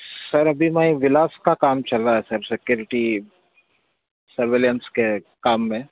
سر ابھی میں گلاس کا کام چل رہا ہے سر سیکورٹی سرولینس کے کام میں